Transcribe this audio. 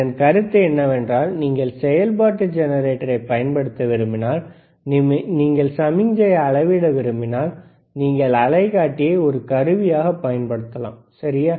இதன் கருத்து என்னவென்றால் நீங்கள் செயல்பாட்டு ஜெனரேட்டரைப் பயன்படுத்த விரும்பினால் நீங்கள் சமிக்ஞையை அளவிட விரும்பினால் நீங்கள் அலைக்காட்டியை ஒரு கருவியாகப் பயன்படுத்தலாம் சரி